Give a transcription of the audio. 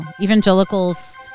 evangelicals